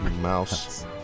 Mouse